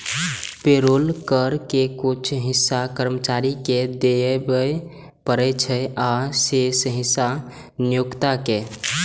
payroll कर के कुछ हिस्सा कर्मचारी कें देबय पड़ै छै, आ शेष हिस्सा नियोक्ता कें